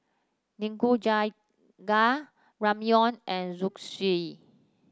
Nikujaga Ramyeon and Zosui